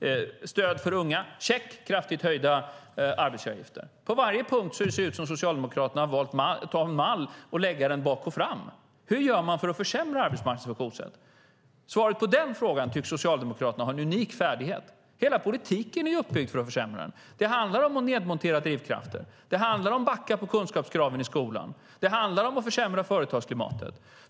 Stöd för unga, check: arbetsgivaravgifter höjs kraftigt. På varje punkt ser det ut som om Socialdemokraterna har valt att ta en mall och lägga den bak och fram. Hur gör man för att försämra arbetsmarknadens funktionssätt? När det gäller svaret på den frågan tycks Socialdemokraterna ha en unik färdighet. Hela politiken är uppbyggd för att försämra arbetsmarknaden. Det handlar om att nedmontera drivkrafter. Det handlar om att backa på kunskapskraven i skolan. Det handlar om att försämra företagsklimatet.